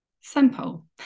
Simple